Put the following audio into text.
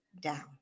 down